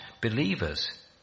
believers